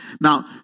Now